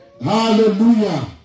Hallelujah